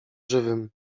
żywym